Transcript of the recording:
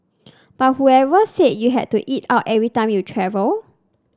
but whoever said you had to eat out every time you travel